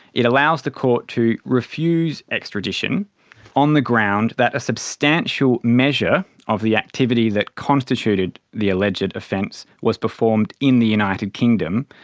it allows the court to refuse extradition on the ground that a substantial measure of the activity that constituted the alleged offence was performed in the united kingdom,